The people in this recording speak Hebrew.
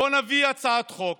בואו נביא הצעת חוק